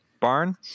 barn